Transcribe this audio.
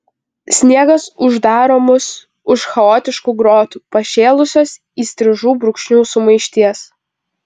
sniegas uždaro mus už chaotiškų grotų pašėlusios įstrižų brūkšnių sumaišties